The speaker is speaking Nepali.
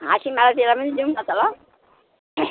हाँसिमारातिर पनि जाऊँ न त ल